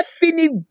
definite